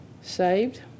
saved